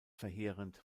verheerend